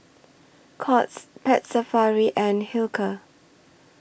Courts Pets Safari and Hilker